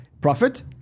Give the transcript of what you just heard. profit